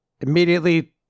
immediately